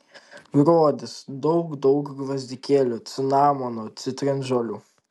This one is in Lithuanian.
gruodis daug daug gvazdikėlių cinamono citrinžolių